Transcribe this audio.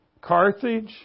Carthage